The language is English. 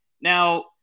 Now